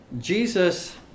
Jesus